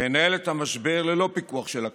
לנהל את המשבר ללא פיקוח של הכנסת,